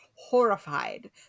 horrified